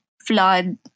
flood